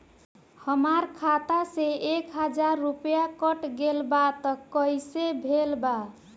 हमार खाता से एक हजार रुपया कट गेल बा त कइसे भेल बा?